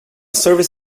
service